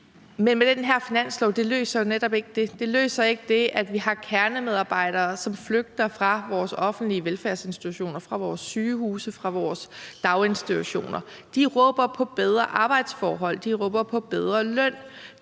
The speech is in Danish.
løser jo netop ikke det. Det løser ikke det, at vi har kernemedarbejdere, som flygter fra vores offentlige velfærdsinstitutioner, fra vores sygehuse, fra vores daginstitutioner. De råber på bedre arbejdsforhold, og de råber på bedre løn.